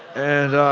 and,